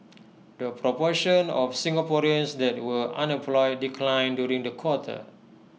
the proportion of Singaporeans that were unemployed declined during the quarter